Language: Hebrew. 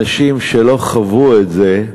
אנשים שלא חוו את זה,